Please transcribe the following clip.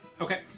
Okay